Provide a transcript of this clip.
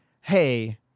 hey